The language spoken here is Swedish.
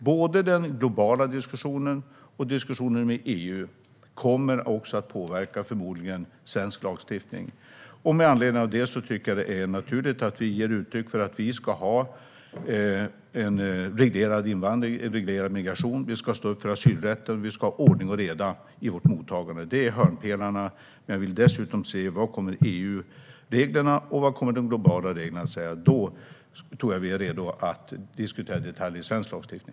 Både den globala diskussionen och diskussionen med EU kommer förmodligen att påverka svensk lagstiftning. Med anledning av det tycker jag att det är naturligt att vi ger uttryck för att vi ska ha en reglerad invandring och en reglerad migration. Vi ska stå upp för asylrätten, och vi ska ha ordning och reda i vårt mottagande. Det är hörnpelarna. Men jag vill dessutom se vad EU-reglerna och de globala reglerna kommer att innebära. Då tror jag att vi är redo att diskutera detaljer i svensk lagstiftning.